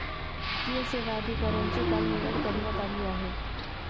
वित्तीय सेवा अधिकाऱ्यांची काल निवड करण्यात आली आहे